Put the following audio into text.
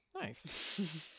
Nice